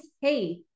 hey